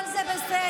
אבל זה בסדר,